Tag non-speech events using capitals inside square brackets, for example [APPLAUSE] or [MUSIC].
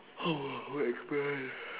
[NOISE]